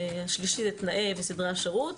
השלישי זה תנאי וסדרי השירות.